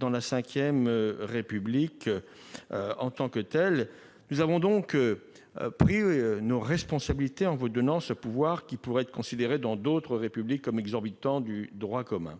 sous la V République ! Nous avons donc pris nos responsabilités en vous accordant ce pouvoir qui pourrait être considéré dans d'autres Républiques comme exorbitant du droit commun.